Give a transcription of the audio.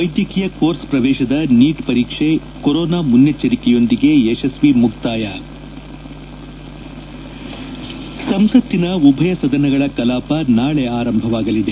ವೈದ್ಯಕೀಯ ಕೋರ್ಸ್ ಪ್ರವೇಶದ ನೀಟ್ ವರೀಕ್ಷೆ ಕೊರೊನಾ ಮುನ್ನೆಚ್ಚರಿಕೆಯೊಂದಿಗೆ ಯಶಸ್ತಿ ಮುಕ್ತಾಯ ಸಂಸತ್ತಿನ ಉಭಯ ಸದನಗಳ ಕಲಾಪ ನಾಳೆ ಆರಂಭವಾಗಲಿದೆ